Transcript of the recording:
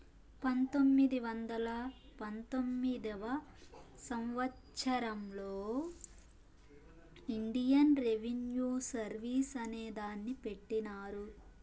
పంతొమ్మిది వందల పంతొమ్మిదివ సంవచ్చరంలో ఇండియన్ రెవిన్యూ సర్వీస్ అనే దాన్ని పెట్టినారు